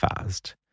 fast